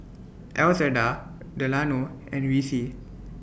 Elzada Delano and Vicie